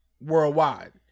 worldwide